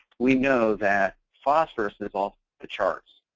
we know that phosphorous is off the charts.